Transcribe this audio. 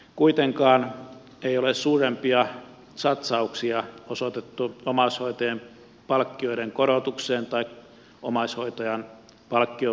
kuitenkaan ei ole suurempia satsauksia osoitettu omaishoita jien palkkioiden korotukseen tai omaishoitajan palkkion verovapauteen